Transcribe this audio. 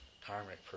karmic